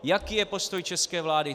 Jaký je postoj české vlády?